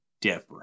different